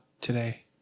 today